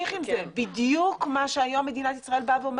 מה שהיום מדינת ישראל בה ואומרת.